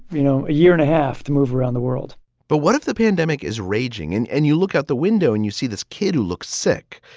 you know, a year and a half to move around the world but what if the pandemic is raging in and you look out the window and you see this kid who looks sick?